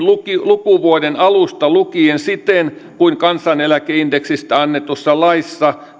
lukuvuoden alusta lukien siten kuin kansaneläkeindeksistä annetussa laissa